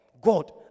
God